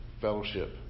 fellowship